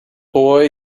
boy